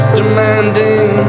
demanding